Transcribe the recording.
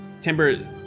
Timber